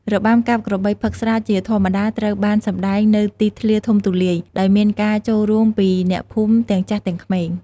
របាំកាប់ក្របីផឹកស្រាជាធម្មតាត្រូវបានសម្តែងនៅទីធ្លាធំទូលាយ ដោយមានការចូលរួមពីអ្នកភូមិទាំងចាស់ទាំងក្មេង។